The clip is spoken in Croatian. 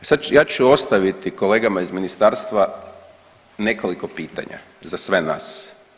Ja ću ostaviti kolegama iz ministarstva nekoliko pitanja za sve nas.